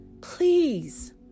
Please